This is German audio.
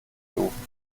suchen